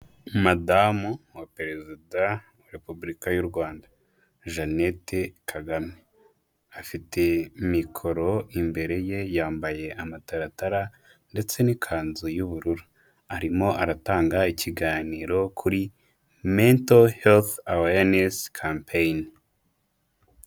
Madamu wa Perezida wa Repubulika y'u Rwanda, Jeannette Kagame afite mikoro, imbere ye yambaye amataratara ndetse n'ikanzu y'ubururu, arimo aratanga ikiganiro kuri Mental Health Awareness Campaign.